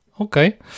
Okay